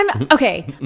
okay